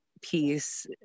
piece